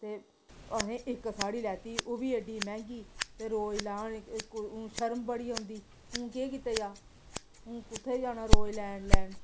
ते अहें इक साड़ी लैती ओह् बी एड्डी मैंह्गी ते रोज ला हून शर्म बड़ी औंदी हून केह् कीता जा हून कुत्थे जाना रोज लैन लैन